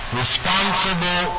responsible